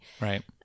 Right